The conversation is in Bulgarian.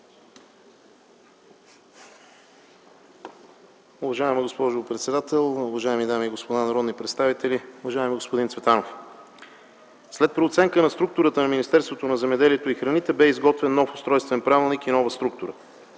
Уважаема госпожо председател, уважаеми дами и господа народни представители, уважаеми господин Цветанов! След преоценка на структурата на Министерството на земеделието и храните бе изготвен нов Устройствен правилник и нова структура.